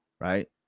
right